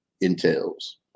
entails